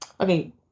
Okay